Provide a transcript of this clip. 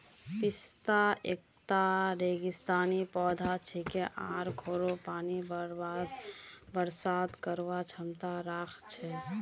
पिस्ता एकता रेगिस्तानी पौधा छिके आर खोरो पानी बर्दाश्त करवार क्षमता राख छे